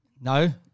No